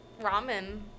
ramen